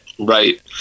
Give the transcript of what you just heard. right